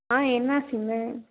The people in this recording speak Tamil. ஆ என்ன சிம்மு